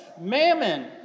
mammon